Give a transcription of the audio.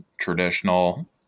traditional